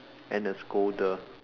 and a scolder